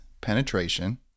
penetration